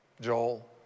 Joel